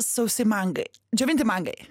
sausi mangai džiovinti mangai